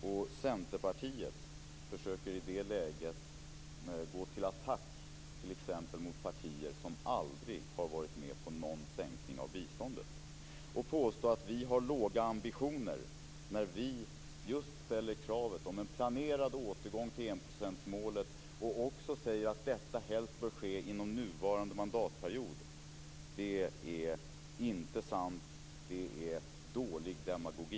I det läget försöker Centerpartiet gå till attack t.ex. mot partier som aldrig har varit med på någon sänkning av biståndet och påstå att vi har låga ambitioner när vi just ställer krav på en planerad återgång till enprocentsmålet och också säger att detta helst bör ske inom nuvarande mandatperiod. Det är inte sant. Det är dålig demagogi.